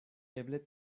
eble